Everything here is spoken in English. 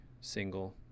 single